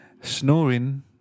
snoring